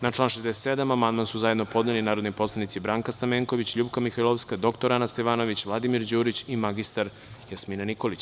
Na član 67. amandman su zajedno podneli narodni poslanici Branka Stamenković, LJupka Mihajlovska, dr Ana Stevanović, Vladimir Đurić i mr Jasmina Nikolić.